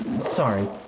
Sorry